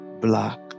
black